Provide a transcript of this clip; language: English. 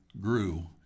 grew